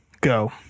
go